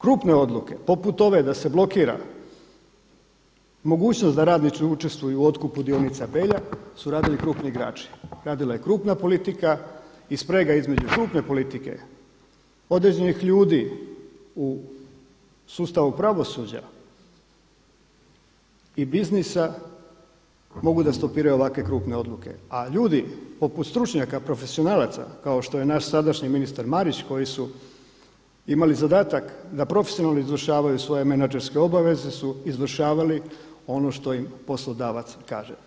Krupne odluke poput ove da se blokira mogućnost da radnici učestvuju u otkupu dionica Belja su radili krupni igrači, radila je krupna politika i sprega između krupne politike, određenih ljudi u sustavu pravosuđa i biznisa mogu da stopiraju ovakve krupne odluke, a ljudi poput stručnjaka profesionalaca kao što je naš sadašnji ministar Marić koji su imali zadatak da profesionalno izvršavaju svoje menadžerske obaveze su izvršavali ono što im poslodavac kaže.